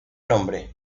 nombre